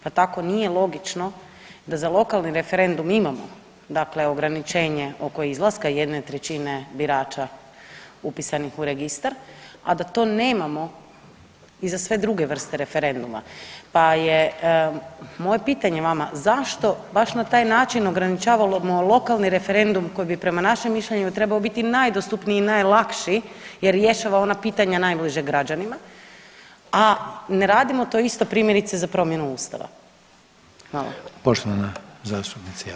Pa tako nije logično da za lokalni referendum imamo dakle ograničenje oko izlaska 1/3 birača upisanih u registar, a da to nemamo i za sve druge vrste referenduma, pa je moje pitanje vama zašto baš na taj način ograničavamo lokalni referendum koji bi prema našem mišljenju trebao biti najdostupniji i najlakši jer rješava ona pitanja najbliža građanima, a ne radimo to isto primjerice za promjenu ustava.